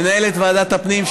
מנהלת ועדת הפנים,